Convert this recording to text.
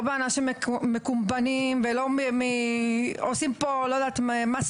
לא באנשים מקומבנים ולא עושים פה מסחרה